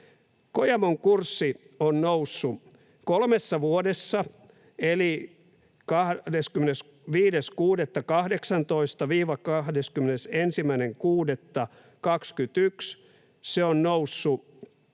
Kojamon kurssi on kolmessa vuodessa eli 25.6.18—21.6.21